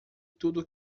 tudo